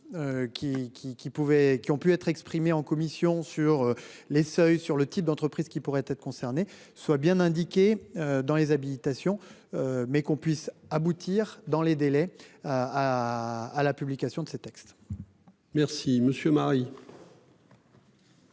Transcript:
qui ont pu être exprimée en commission sur les seuils sur le type d'entreprise qui pourraient être concernées soient bien indiquées dans les habitations. Mais qu'on puisse aboutir dans les délais à à la publication de ces textes.-- Merci monsieur Marie.